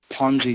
Ponzi